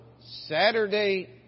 Saturday